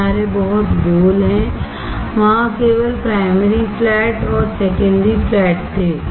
किनारे बहुत गोल है वहां केवल प्राइमरी फ्लैट और सेकेंडरी फ्लैट थे